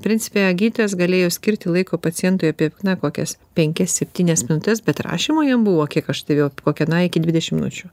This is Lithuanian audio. principe gydytojas galėjo skirti laiko pacientui apie kokias penkias septynias minutes bet rašymo jam buvo kiek aš stebėjau kokie na iki dvidešim minučių